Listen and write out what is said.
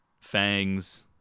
fangs